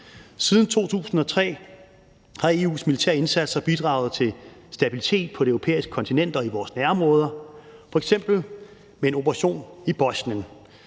Siden 2003 har EU's militære indsatser bidraget til stabilitet på det europæiske kontinent og i vores nærområder, f.eks. med en operation i Bosnien,